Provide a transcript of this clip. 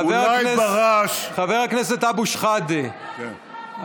חבר הכנסת אבו שחאדה.